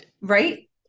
right